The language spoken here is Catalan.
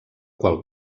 qual